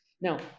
now